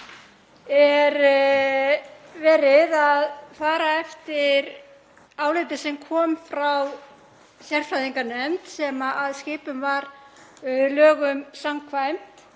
er verið að fara eftir áliti sem kom frá sérfræðinganefnd sem skipuð var lögum samkvæmt.